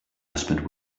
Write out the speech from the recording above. husband